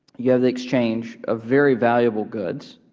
you have the exchange of very valuable goods,